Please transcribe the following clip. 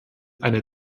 eine